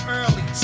early